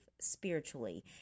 spiritually